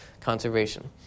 conservation